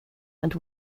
and